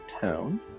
town